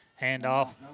handoff